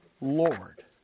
Lord